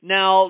Now